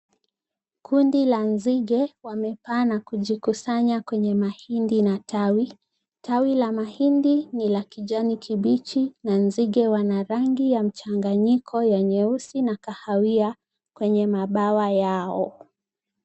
Kundi la nzige wamepaa na kujikusanya kwenye mahindi na tawi . Tawi la mahindi ni la kijani kibichi na nzige wana rangi ya mchanganyiko ya nyeusi na kahawia kwenye mabawa yao.